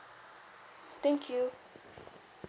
thank you